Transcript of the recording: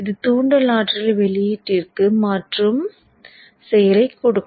இது தூண்டல் ஆற்றலை வெளியீட்டிற்கு மாற்றும் செயலைக் கொடுக்கும்